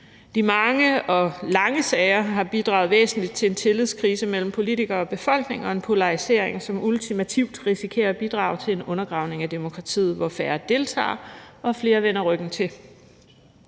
De mange og lange sager har bidraget væsentligt til en tillidskrise mellem politikere og befolkning og en polarisering, som ultimativt risikerer at bidrage til en undergravning af demokratiet, hvor færre deltager og flere vender ryggen til.